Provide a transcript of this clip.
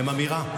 הם אמירה.